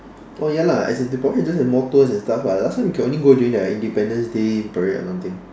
oh ya lah as in they just probably have more tours and stuff lah last time you can only go during their independence day and parade or something